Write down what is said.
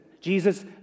Jesus